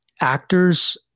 actors